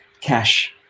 cash